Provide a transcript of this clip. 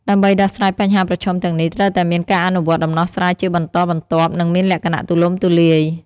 ដើម្បីដោះស្រាយបញ្ហាប្រឈមទាំងនេះ ត្រូវតែមានការអនុវត្តន៍ដំណោះស្រាយជាបន្តបន្ទាប់និងមានលក្ខណៈទូលំទូលាយ។